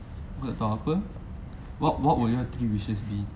aku pun tak tau apa what what would your three wishes be